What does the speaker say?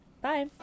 Bye